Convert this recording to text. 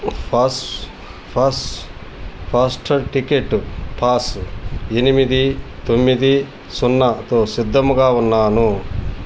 ఫాస్ ఫాస్ faster ticket pass ఎనిమిది తొమ్మిది సున్నాతో సిద్ధముగా ఉన్నాను